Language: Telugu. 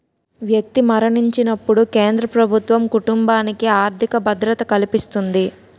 వ్యక్తి మరణించినప్పుడు కేంద్ర ప్రభుత్వం కుటుంబానికి ఆర్థిక భద్రత కల్పిస్తుంది